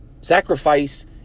Sacrifice